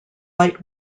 light